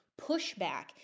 pushback